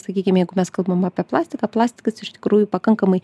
sakykim jeigu mes kalbam apie plastiką plastikas iš tikrųjų pakankamai